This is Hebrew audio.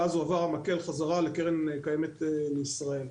ואז הועבר המקל חזרה לקרן קיימת לישראל.